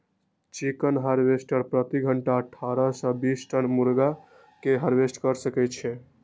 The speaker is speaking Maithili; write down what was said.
चिकन हार्वेस्टर प्रति घंटा अट्ठारह सं छब्बीस टन मुर्गी कें हार्वेस्ट कैर सकै छै